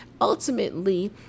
Ultimately